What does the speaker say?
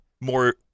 more